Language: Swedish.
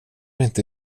inte